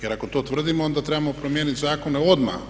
Jer ako to tvrdimo onda trebamo promijeniti zakone odmah.